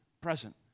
present